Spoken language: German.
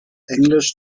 englisch